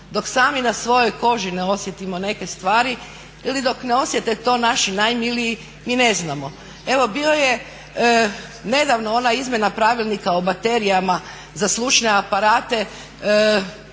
dok sami na svojoj koži ne osjetimo neke stvari ili dok ne osjete to naši najmiliji mi ne znamo. Evo bio je nedavno ona izmjena Pravilnika o baterijama za slušne aparate